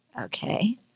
Okay